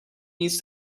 needs